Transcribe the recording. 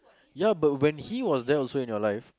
ya but when he was there also in your life